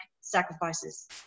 sacrifices